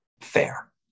fair